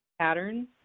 patterns